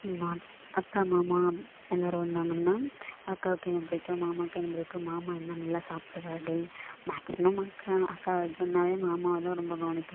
நான் அக்கா மாமா எல்லோரும் வந்தாங்கன்னா அக்காவுக்கு என்ன பிடிக்கும் மாமாவுக்கு என்ன பிடிக்கும் மாமா என்ன நல்லா சாப்பிடுவாரு மேக்ஸிமம் அக்கா அக்கா இது பண்ணா மாமாவை தான் ரொம்ப கவனிப்போம்